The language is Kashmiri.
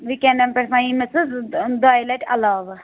ویٖکٮ۪نٛڈَن پٮ۪ٹھ مَہ یہِ مےٚ ژٕ زٕ دۄیہِ لٹہِ علاوٕ